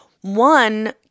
One